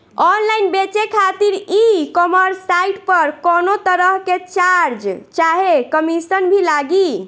Online बेचे खातिर e-commerce site पर कौनोतरह के चार्ज चाहे कमीशन भी लागी?